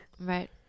Right